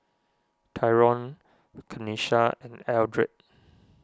Tyrone Tenisha Eldred